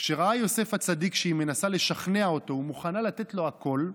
כשראה יוסף הצדיק שהיא מנסה לשכנע אותו ומוכנה לתת לו הכול,